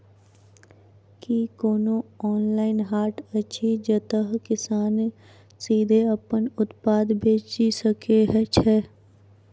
की कोनो ऑनलाइन हाट अछि जतह किसान सीधे अप्पन उत्पाद बेचि सके छै?